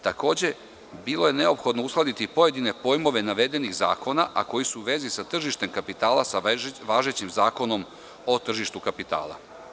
Takođe, bilo je neophodno uskladiti pojedine pojmove navedenih zakona, a koji su u vezi sa tržištem kapitala sa važećim Zakonom o tržištu kapitala.